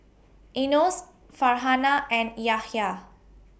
Yunos Farhanah and Yahya